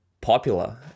popular